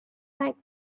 back